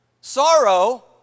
Sorrow